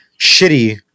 Shitty